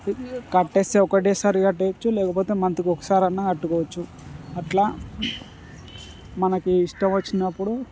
కట్టేస్తే ఒకటేసారి కట్టేయొచ్చు లేకపోతే మంత్కి ఒక్కసారన్న కట్టుకోవచ్చు అట్లా మనకి ఇష్టం వచ్చినపుడు